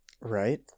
Right